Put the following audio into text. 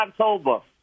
October